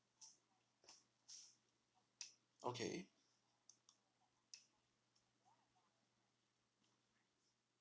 okay